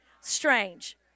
strange